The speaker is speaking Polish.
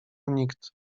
nikt